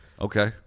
Okay